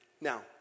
Now